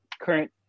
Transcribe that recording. current